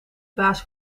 baas